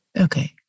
Okay